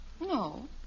No